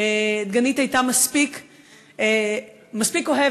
דגנית הייתה מספיק אוהבת,